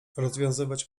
rozwiązywać